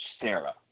Sarah